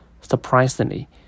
Surprisingly